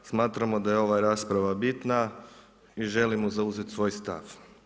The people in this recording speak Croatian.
Smatramo da je ova rasprava bitna i želimo zauzeti svoj stav.